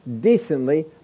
decently